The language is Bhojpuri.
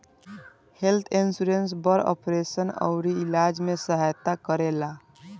हेल्थ इन्सुरेंस बड़ ऑपरेशन अउरी इलाज में सहायता करेला